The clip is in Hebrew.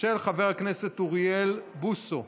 של חבר הכנסת אוריאל בוסו.